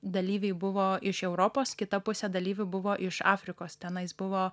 dalyviai buvo iš europos kita pusė dalyvių buvo iš afrikos tenais buvo